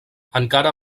encara